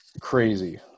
crazy